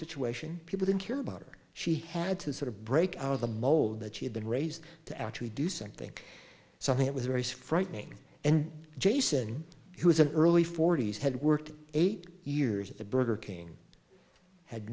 situation people didn't care about her she had to sort of break out of the mold that she had been raised to actually do something something it was very sick frightening and jason who was an early forty's had worked eight years at the burger king had